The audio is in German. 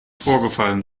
vorgefallen